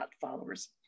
followers